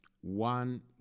one